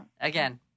again